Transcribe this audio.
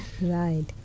Right